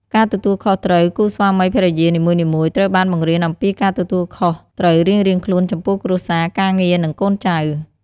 ការទទួលខុសត្រូវ គូស្វាមីភរិយានីមួយៗត្រូវបានបង្រៀនអំពីការទទួលខុសត្រូវរៀងៗខ្លួនចំពោះគ្រួសារ ការងារ និងកូនចៅ។